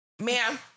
Ma'am